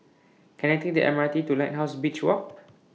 Can I Take The M R T to Lighthouse Beach Walk